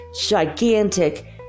gigantic